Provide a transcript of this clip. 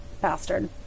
bastard